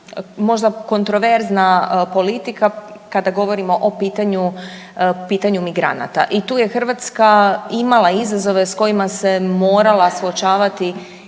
možda kontroverzna politika, kada govorimo o pitanju migranata i tu je Hrvatska imala izazove s kojima se morala suočavati